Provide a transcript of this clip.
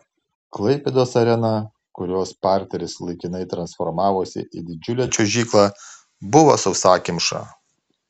klaipėdos arena kurios parteris laikinai transformavosi į didžiulę čiuožyklą buvo sausakimša